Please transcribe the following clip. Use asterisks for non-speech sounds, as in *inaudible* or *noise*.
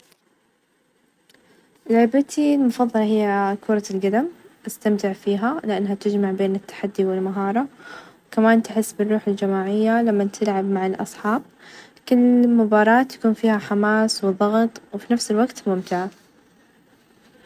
أختار الرز والدجاج، الرز يعتبر وجبة أساسية ،ويقدر الواحد يطبخه بطريقة مختلفة، والدجاج طعمه لذيذ ،ومتنوع، أقدر اعمل منه مشاوي، أو كبسة أو أي شيء *noise* مع هالنوعين أقدر أعيش.